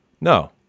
No